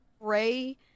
pray